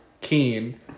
keen